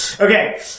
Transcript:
Okay